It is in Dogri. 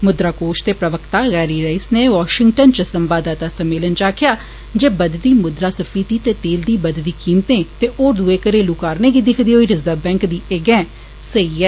मुद्रा कोष दे प्रवक्ता गेरी राइस नै वाशिंगट न च संवाददाता सम्मेलन च आक्खेआ जे बद्दी मुद्रा स्फीती ते तेल दी बद्दी कीमतें ते होर केई घरेलु कारणें गी दिक्खदे होई रिर्जव बैंक दी एह सेई गैऽ ऐ